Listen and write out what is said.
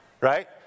right